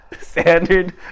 standard